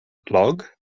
log